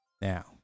Now